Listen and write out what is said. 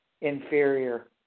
inferior